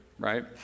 right